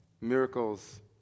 miracles